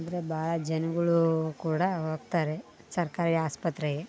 ಆದರೆ ಭಾಳ ಜನಗಳು ಕೂಡ ಹೋಗ್ತಾರೆ ಸರ್ಕಾರಿ ಆಸ್ಪತ್ರೆಗೆ